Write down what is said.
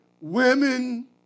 women